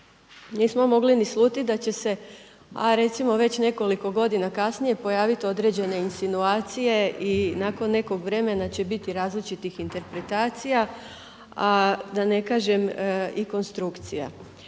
nismo mogli ni slutiti da će se, ha recimo već nekoliko godina kasnije pojaviti određene insinuacije i nakon nekog vremena će biti različitih interpretacija, a da ne kažem i konstrukcija.